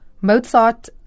Mozart